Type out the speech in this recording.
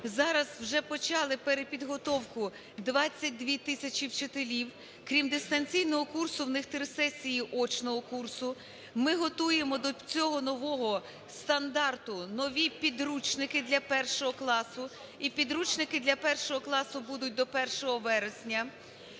Зараз вже почали перепідготовку 22 тисячі вчителів. Крім дистанційного курсу в них 3 сесії очного курсу. Ми готуємо до цього нового стандарту нові підручники для першого класу і підручники для 1 класу будуть до 1 вересня.